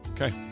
Okay